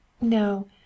No